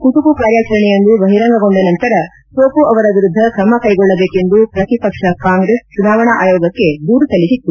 ಕುಟುಕು ಕಾರ್ಯಾಚರಣೆಯೊಂದು ಬಹಿರಂಗಗೊಂಡ ನಂತರ ಟೊಪ್ಪೊ ಅವರ ವಿರುದ್ದ ಕ್ರಮ ಕ್ಲೆಗೊಳ್ಳಬೇಕೆಂದು ಪ್ರತಿಪಕ್ಷ ಕಾಂಗ್ರೆಸ್ ಚುನಾವಣಾ ಆಯೋಗಕ್ಕೆ ದೂರು ಸಲ್ಲಿಸಿತ್ತು